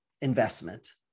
investment